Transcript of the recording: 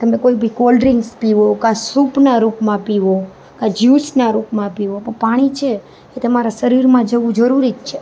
તમે કોઈ બી કોલ્ડ્રિંક્સ પીઓ ક્યાં સુપના રૂપમાં પીઓ ક્યાં જ્યૂસના રૂપમાં પીઓ પણ પાણી છે તે તમારા શરીરમાં જવું જરૂરી જ છે